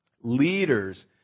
leaders